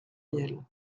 miel